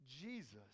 Jesus